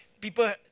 people